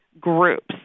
groups